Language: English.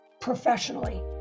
professionally